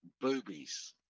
boobies